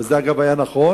וזה אגב היה נכון,